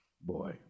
Boy